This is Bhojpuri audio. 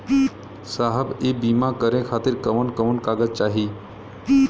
साहब इ बीमा करें खातिर कवन कवन कागज चाही?